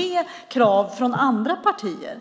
genom krav från andra partier.